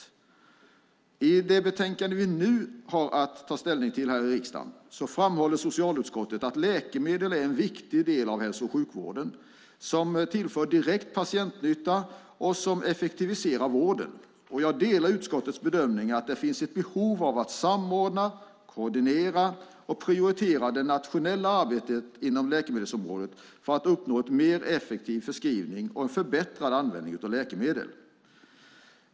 I det betänkande vi nu har att ta ställning till här i riksdagen framhåller socialutskottet att läkemedel är en viktig del av hälso och sjukvården som tillför direkt patientnytta och som effektiviserar vården. Jag delar utskottets bedömning att det finns ett behov av att samordna, koordinera och prioritera det nationella arbetet inom läkemedelsområdet för att uppnå en mer effektiv förskrivning och en förbättrad användning av läkemedel.